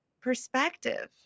Perspective